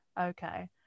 okay